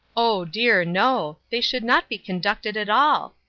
oh, dear, no! they should not be conducted at all.